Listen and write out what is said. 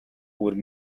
would